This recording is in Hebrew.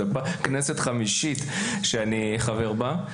זו הכנסת החמישית שאני חבר בה.